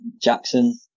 Jackson